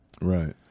Right